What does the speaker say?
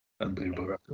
Unbelievable